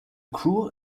crew